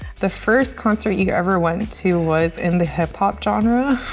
the first concert you you ever went to was in the hip hop genre.